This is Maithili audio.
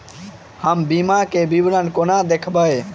हम बीमाक विवरण कोना देखबै?